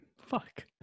Fuck